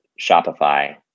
Shopify